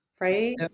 Right